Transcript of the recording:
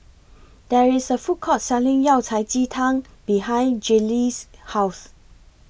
There IS A Food Court Selling Yao Cai Ji Tang behind Gillie's House